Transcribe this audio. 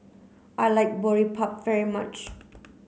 I like Boribap very much